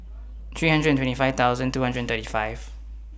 three hundred and twenty five thousand two hundred and thirty five